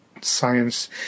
science